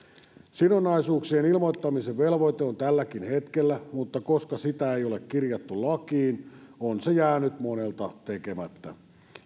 sidonnaisuuksien ilmoittamisen velvoite on tälläkin hetkellä mutta koska sitä ei ole kirjattu lakiin on se jäänyt monelta tekemättä